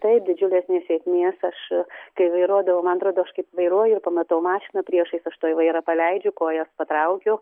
taip didžiulės nesėkmės aš kai vairuodavau man atrodo aš kaip vairuoju pamatau mašiną priešais aš tuoj vairą paleidžiu kojas patraukiu